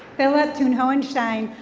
bella tuhoen shine,